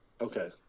Okay